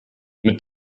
mit